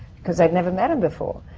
because i had never met him before.